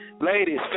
Ladies